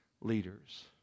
leaders